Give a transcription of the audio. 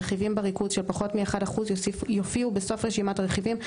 רכיבים בריכוז של פחות מ-1% יופיעו בסוף רשימת הרכיבים,